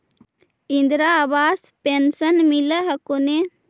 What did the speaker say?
इन्द्रा आवास पेन्शन मिल हको ने?